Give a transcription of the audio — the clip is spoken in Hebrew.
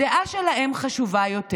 הדעה שלהם חשובה יותר.